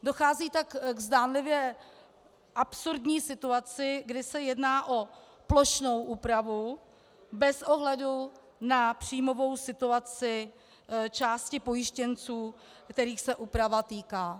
Dochází tak k zdánlivě absurdní situaci, kdy se jedná o plošnou úpravu bez ohledu na příjmovou situaci části pojištěnců, kterých se úprava týká...